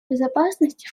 безопасности